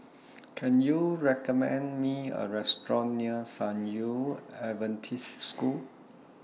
Can YOU recommend Me A Restaurant near San Yu Adventist School